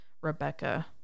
Rebecca